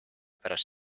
pärast